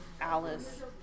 Alice